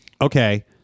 okay